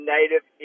Native